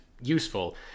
useful